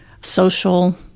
social